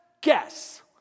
guess